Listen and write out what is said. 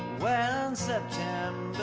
when september